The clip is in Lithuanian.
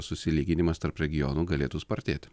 susilyginimas tarp regionų galėtų spartėti